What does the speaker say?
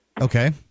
Okay